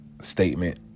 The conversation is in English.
statement